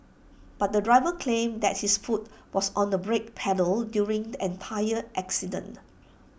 but the driver claimed that his foot was on the brake pedal during the entire accident